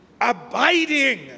abiding